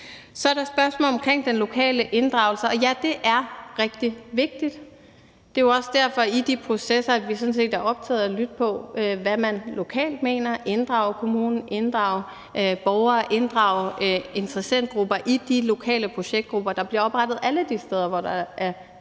Så er der spørgsmålet om den lokale inddragelse, og ja, det er rigtig vigtigt. Det er jo også derfor, at vi i de processer sådan set er optaget af at lytte til, hvad man lokalt mener, inddrage kommunen, inddrage borgerne, inddrage interessentergrupper i de lokale projektgrupper, der bliver oprettet alle de steder, hvor der er